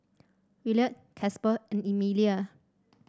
Williard Casper and Emilia